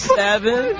seven